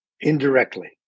indirectly